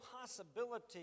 possibility